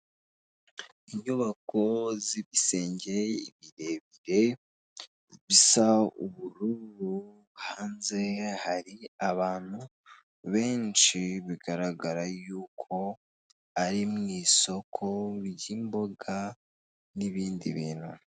Inyubako z'ibisenge birebire bisa ubururu, hanze hari abantu benshi bigaragara yuko ari mu isoko ry'imboga n'ibindi bintu.